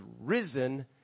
risen